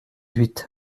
huit